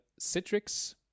Citrix